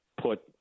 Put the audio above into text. put